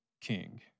king